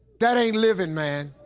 that ain't living, man.